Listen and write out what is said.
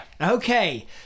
Okay